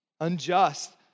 Unjust